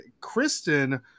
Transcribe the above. Kristen